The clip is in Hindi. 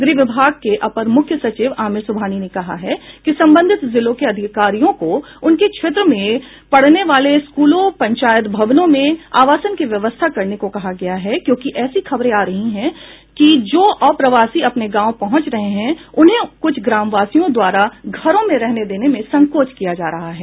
गृह विभाग के अपर मूख्य सचिव आमिर सुबहानी ने कहा है कि संबंधित जिलों को अधिकारियों को उनके क्षेत्र में पड़ने वाले स्कूलों पंचायत भवनों में आवासन की व्यवस्था करने को कहा गया है क्योंकि ऐसी खबरें आ रही है कि जो अप्रवासी अपने गांव पहुंच रहे हैं उन्हें कुछ ग्रामवासियों द्वारा घरों में रहने देने में संकोच किया जा रहा है